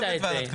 אני עובד.